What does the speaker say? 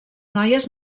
noies